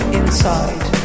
inside